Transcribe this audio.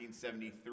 1973